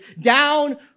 down